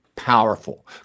powerful